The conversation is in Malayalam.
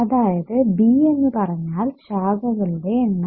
അതായത് B എന്നു പറഞ്ഞാൽ ശാഖകളുടെ എണ്ണം